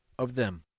of them.